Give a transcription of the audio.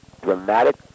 dramatic